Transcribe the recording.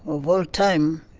of all time.